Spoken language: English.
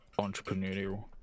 entrepreneurial